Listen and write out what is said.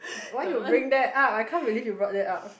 why you bring it up I can't believe you brought that up